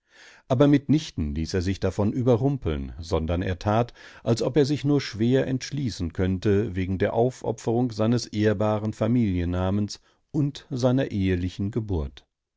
aber mit nichten ließ er sich davon überrumpeln sondern er tat als ob er sich nur schwer entschließen könnte wegen der aufopferung seines ehrbaren familiennamens und seiner ehelichen geburt